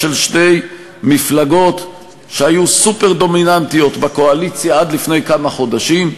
של שתי מפלגות שהיו סופר דומיננטיות בקואליציה עד לפני כמה חודשים.